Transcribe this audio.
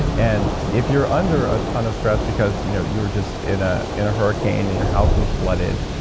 and and if you're under a ton of stress because you know you are just in ah in a hurricane and your house was flooded,